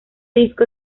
disco